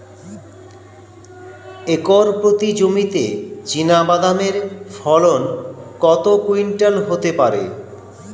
Acre প্রতি জমিতে চীনাবাদাম এর ফলন কত কুইন্টাল হতে পারে?